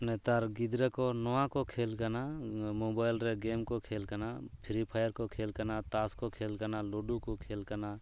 ᱱᱮᱛᱟᱨ ᱜᱤᱫᱽᱨᱟᱹ ᱠᱚ ᱱᱚᱣᱟ ᱠᱚ ᱠᱷᱮᱞ ᱠᱟᱱᱟ ᱢᱳᱵᱟᱭᱤᱞ ᱨᱮ ᱜᱮᱢ ᱠᱚ ᱠᱷᱮᱞ ᱠᱟᱱᱟ ᱯᱷᱨᱤ ᱯᱷᱟᱭᱟᱨ ᱠᱚ ᱠᱷᱮᱞ ᱠᱟᱱᱟ ᱛᱟᱥ ᱠᱚ ᱠᱷᱮᱞ ᱠᱟᱱᱟ ᱞᱩᱰᱩ ᱠᱚ ᱠᱷᱮᱞ ᱠᱟᱱᱟ